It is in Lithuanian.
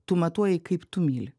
tu matuoji kaip tu myli